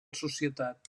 societat